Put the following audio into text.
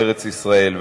בארץ-ישראל.